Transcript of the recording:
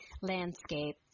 landscape